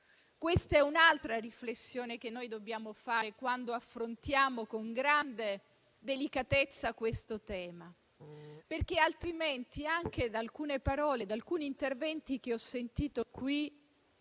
Questa è un'altra riflessione che dobbiamo fare, quando affrontiamo con grande delicatezza questo tema. Anche da alcune parole e da alcuni interventi che ho sentito qui,